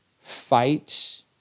fight